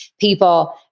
people